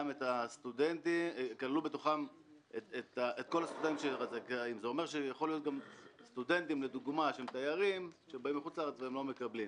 2007. זה אומר שיכול להיות שסטודנטים שהם תיירים לא מקבלים.